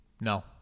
No